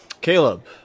Caleb